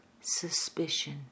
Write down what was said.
suspicion